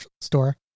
store